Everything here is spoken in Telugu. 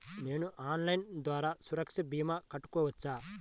నేను ఆన్లైన్ ద్వారా సురక్ష భీమా కట్టుకోవచ్చా?